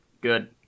Good